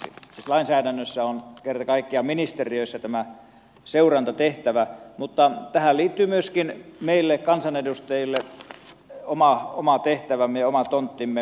siis lainsäädännössä on kerta kaikkiaan ministeriöissä tämä seurantatehtävä mutta tähän liittyy myöskin meille kansanedustajille oma tehtävämme ja oma tonttimme valiokunnissa